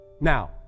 now